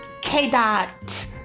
K-Dot